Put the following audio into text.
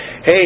hey